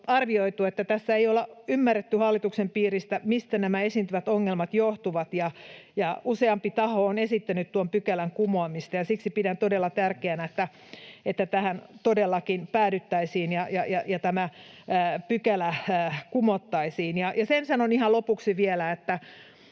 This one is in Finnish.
että tässä ei olla ymmärretty hallituksen piiristä, mistä nämä esiintyvät ongelmat johtuvat, ja useampi taho on esittänyt tuon pykälän kumoamista, ja siksi pidän todella tärkeänä, että tähän todellakin päädyttäisiin ja tämä pykälä kumottaisiin. Ja sen sanon ihan lopuksi vielä,